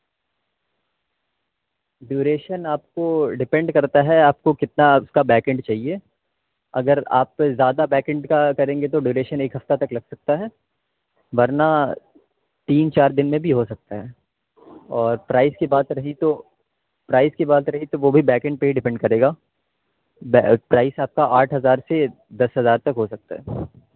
duration آپ کو depend کرتا ہے آپ کو کتنا اس کا بیک اینڈ چاہیے اگر آپ زیادہ بیک اینڈ کا کریں گے تو ڈیوریشن ایک ہفتہ تک لگ سکتا ہے ورنہ تین چار دن میں بھی ہو سکتا ہے اور پرائس کی بات رہی تو پرائز کی بات رہی تو وہ بھی بیک اینڈ پہ ہی ڈپینڈ کرے گا پرائس آپ کا آٹھ ہزار سے دس ہزار تک ہو سکتا ہے